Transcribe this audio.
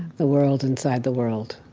the world inside the world.